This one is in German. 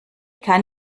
kann